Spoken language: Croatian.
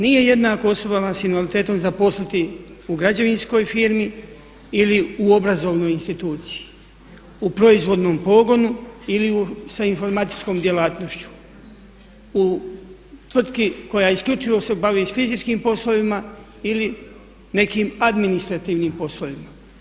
Nije jednako osobama sa invaliditetom zaposliti u građevinskoj firmi ili u obrazovnoj instituciji, u proizvodnom pogonu ili sa informatičkom djelatnošću, u tvrtki koja isključivo se bavi s fizičkim poslovima ili nekim administrativnim poslovima.